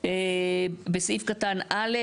בסעיף קטן (א)